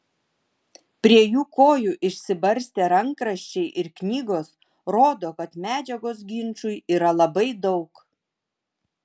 prie jų kojų išsibarstę rankraščiai ir knygos rodo kad medžiagos ginčui yra labai daug